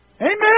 Amen